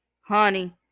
honey